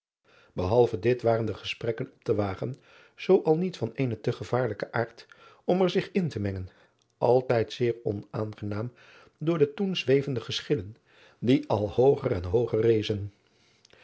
ehalve dit waren de gesprekken op den wagen zoo al niet van eenen te gevaarlijken aard om er zich in te mengen altijd zeer onaangenaam door de toen zwevende geschillen die al hooger en hooger rezen